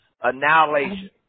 annihilation